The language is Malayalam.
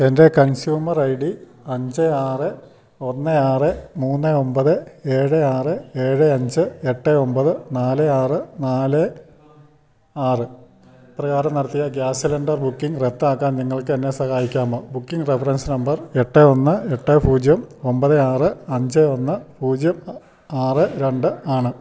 എൻ്റെ കൺസ്യൂമർ ഐ ഡി അഞ്ച് ആറ് ഒന്ന് ആറ് മൂന്ന് ഒമ്പത് ഏഴ് ആറ് ഏഴ് അഞ്ച് എട്ട് ഒമ്പത് നാല് ആറ് നാല് ആറ് ഇപ്രകാരം നടത്തിയ ഗ്യാസ് സിലിണ്ടർ ബുക്കിങ് റദ്ദാക്കൻ നിങ്ങൾക്കെന്നെ സഹായിക്കാമോ ബുക്കിംഗ് റഫറൻസ് നമ്പർ എട്ട് ഒന്ന് എട്ട് പൂജ്യം ഒമ്പത് ആറ് അഞ്ച് ഒന്ന് പൂജ്യം ആറ് രണ്ട് ആണ്